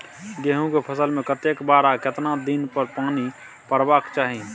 गेहूं के फसल मे कतेक बेर आ केतना दिन पर पानी परबाक चाही?